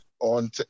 on